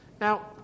Now